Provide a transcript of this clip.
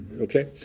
Okay